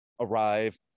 arrive